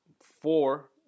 four